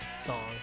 song